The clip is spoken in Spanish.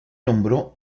nombró